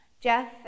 Jeff